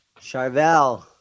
Charvel